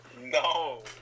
No